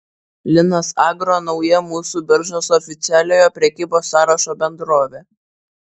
linas agro nauja mūsų biržos oficialiojo prekybos sąrašo bendrovė